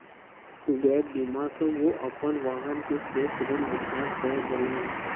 gap बीमा सॅ ओ अपन वाहन के शेष ऋण भुगतान कय देलैन